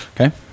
Okay